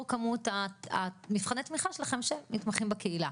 כמות מבחני התמיכה שלכם של מתמחים בקהילה.